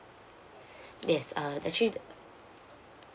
yes uh actually